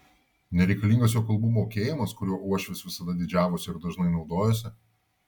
nereikalingas jo kalbų mokėjimas kuriuo uošvis visada didžiavosi ir dažnai naudojosi